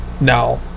now